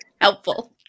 Helpful